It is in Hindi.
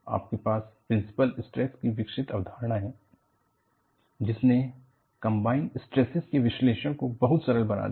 आपके पास प्रिंसिपल स्ट्रेस कि विकसित अवधारणा है जिसने कम्बाइन्ड स्ट्रेसेस के विश्लेषण को बहुत सरल बना दिया है